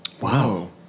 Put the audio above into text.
Wow